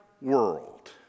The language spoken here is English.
world